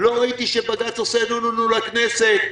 לא ראיתי שבג"ץ עושה נו-נו-נו לכנסת.